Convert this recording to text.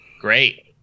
Great